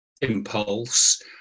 impulse